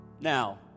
Now